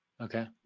Okay